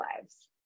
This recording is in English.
lives